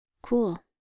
Cool